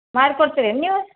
ಮಾಡ್ಕೊಡ್ತೀರೇನು ನೀವು